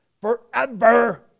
forever